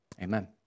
Amen